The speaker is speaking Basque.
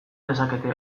dezakete